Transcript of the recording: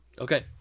Okay